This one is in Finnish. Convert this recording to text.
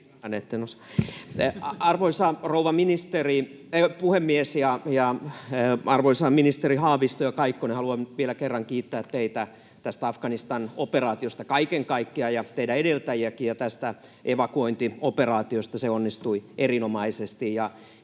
Arvoisa rouva puhemies ja arvoisat ministerit Haavisto ja Kaikkonen! Haluan vielä kerran kiittää teitä tästä Afganistan-operaatiosta kaiken kaikkiaan, ja teidän edeltäjiäkin, ja tästä evakuointioperaatiosta, se onnistui erinomaisesti.